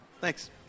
Thanks